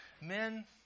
Men